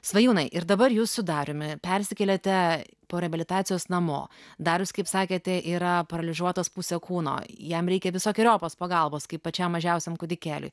svajūnai ir dabar jūs su dariumi persikėlėte po reabilitacijos namo darius kaip sakėte yra paralyžiuotas pusę kūno jam reikia visokeriopos pagalbos kaip pačiam mažiausiam kūdikėliui